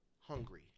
hungry